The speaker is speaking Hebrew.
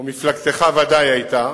או מפלגתך ודאי היתה,